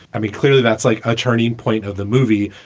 i mean, clearly, that's like a turning point of the movie,